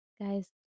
guys